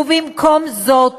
ובמקום זאת